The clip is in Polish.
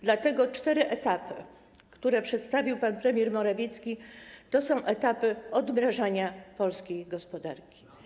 Dlatego cztery etapy, które przedstawił pan premier Morawiecki, to są etapy odmrażania polskiej gospodarki.